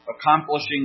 accomplishing